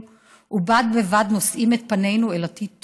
ובד בבד נושאים את פנינו אל עתיד טוב,